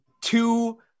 two